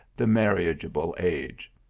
the marriageable age.